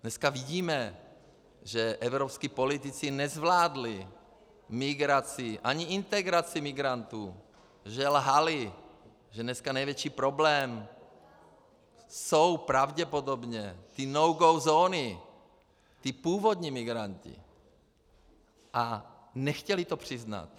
Dneska vidíme, že evropští politici nezvládli migraci ani integraci migrantů, že lhali, že dneska největší problém jsou pravděpodobně ty nogo zóny, ti původní migranti, a nechtěli to přiznat.